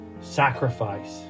sacrifice